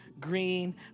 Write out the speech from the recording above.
green